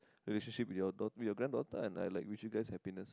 relationship with your daugh~ with your granddaughter and I like wish you guys happiness